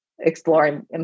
exploring